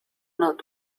note